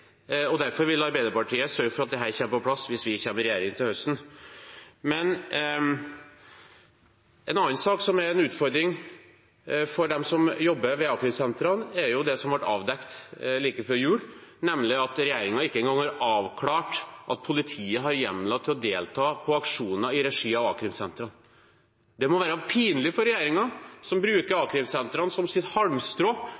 Derfor vil Arbeiderpartiet sørge for at dette kommer på plass hvis vi kommer i regjering til høsten. En annen sak som er en utfordring for dem som jobber ved a-krimsentrene, er det som ble avdekt like før jul, nemlig at regjeringen ikke engang har avklart at politiet har hjemler til å delta i aksjoner i regi av a-krimsentrene. Det må være pinlig for regjeringen, som bruker